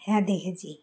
হ্যাঁ দেখেছি